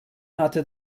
hatte